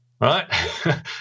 right